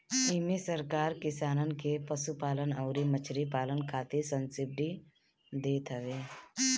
इमे सरकार किसानन के पशुपालन अउरी मछरी पालन खातिर सब्सिडी देत हवे